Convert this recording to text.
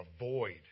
avoid